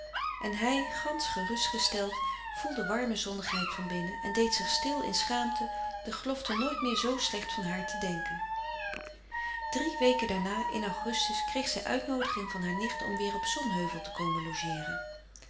en hij gansch gerustgesteld voelde warme zonnigheid van binnen en deed zich stil in schaamte de gelofte nooit meer zoo slecht van haar te denken frederik van eeden van de koele meren des doods drie weken daarna in augustus kreeg zij uitnoodiging van haar nicht om weer op zonheuvel te komen logeeren